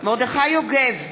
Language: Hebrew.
מרדכי יוגב,